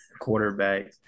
quarterbacks